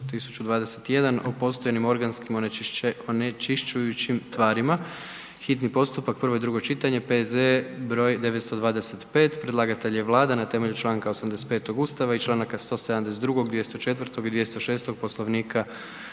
2019/1021 o postojanim organskim onečišćujućim tvarima, hitni postupak, prvo i drugo čitanje, P.Z.E. br. 925; Predlagatelj je Vlada na temelju čl. 85. Ustava i čl. 172., 204., 206. Poslovnika